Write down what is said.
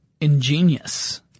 ingenious